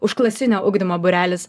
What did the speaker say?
užklasinio ugdymo būrelis